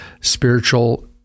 spiritual